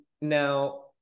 Now